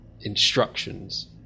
instructions